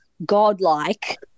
Godlike